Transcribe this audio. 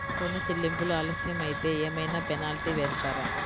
ఋణ చెల్లింపులు ఆలస్యం అయితే ఏమైన పెనాల్టీ వేస్తారా?